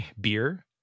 Beer